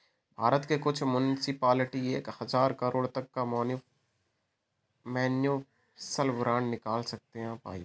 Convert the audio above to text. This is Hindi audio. भारत के कुछ मुन्सिपलिटी एक हज़ार करोड़ तक का म्युनिसिपल बांड निकाल सकते हैं